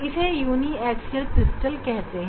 इसे uniaxial crystal कहते हैं